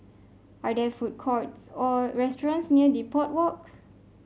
are there food courts or restaurants near Depot Walk